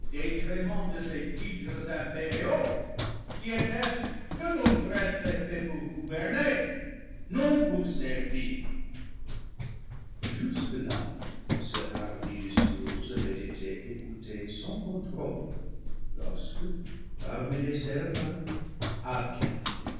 détriment de ces titres impériaux qui attestent que notre être est fait pour gouverner non pour servir jusque-là ce hardi discours avait été écouté sans contrôle lorsque parmi les séraphins abdiel